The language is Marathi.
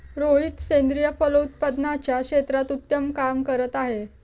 रोहित सेंद्रिय फलोत्पादनाच्या क्षेत्रात उत्तम काम करतो आहे